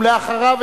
ואחריו,